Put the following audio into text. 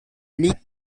league